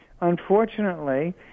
Unfortunately